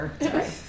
right